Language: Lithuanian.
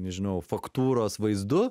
nežinau faktūros vaizdu